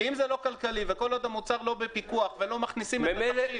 כי אם זה לא כלכלי וכל עוד המוצר לא בפיקוח ולא מכניסים את התחשיב,